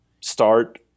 start